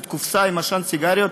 וזו קופסה עם עשן סיגריות,